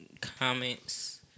comments